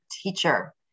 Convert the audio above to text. teacher